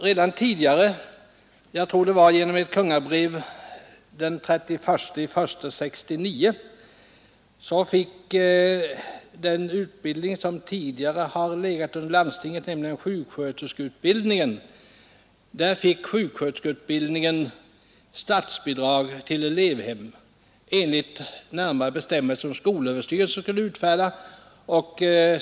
Redan tidigare — jag tror det var genom ett kungabrev den 31 januari 1969 — fick den utbildning som tidigare låg under landstinget, nämligen sjuksköterskeutbildningen — statsbidrag för elevhem enligt närmare bestämmelser som skolöverstyrelsen skulle utfärda.